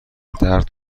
درد